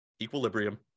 equilibrium